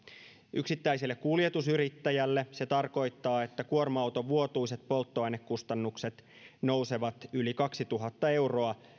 yksittäiselle kuljetusyrittäjälle se tarkoittaa että kuorma auton vuotuiset polttoainekustannukset nousevat yli kaksituhatta euroa